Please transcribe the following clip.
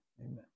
Amen